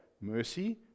Mercy